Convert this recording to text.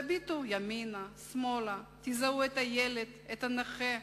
תביטו ימינה, שמאלה, תזהו את הילד, את הנכה,